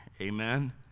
Amen